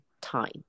time